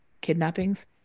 kidnappings